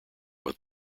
but